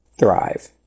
thrive